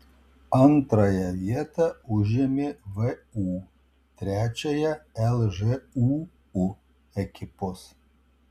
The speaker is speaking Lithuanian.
antrąją vietą užėmė vu trečiąją lžūu ekipos